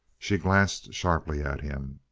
she glanced sharply at him.